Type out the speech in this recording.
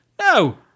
No